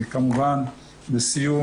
וכמובן לסיום,